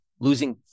losing